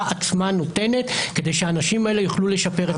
עצמה נותנת כדי שהאנשים האלה יוכלו לשפר את מצבם הכלכלי.